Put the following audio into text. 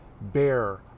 bear